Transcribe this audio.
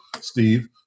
Steve